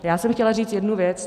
Já jsem chtěla říct jednu věc.